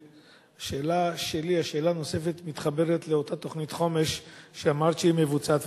השאלה הנוספת מתחברת לאותה תוכנית חומש שאמרת שהיא מבוצעת,